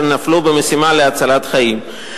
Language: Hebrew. אשר נפלו במשימה להצלת חיים.